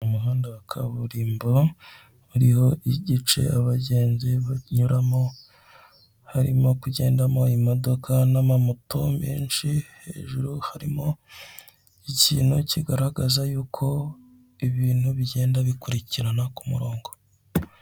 Mu muhanda wa kaburimbo hariho igice abagenzi banyuramo, harimo kugendamo imodoka n'amamoto menshi, hejuru harimo ikintu kigaragaza yuko ibintu bigenda bikurikirana ku ku murongo.